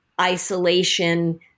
isolation